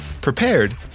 prepared